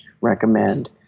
recommend